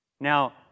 Now